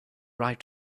right